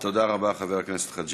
תודה רבה, חבר הכנסת חאג'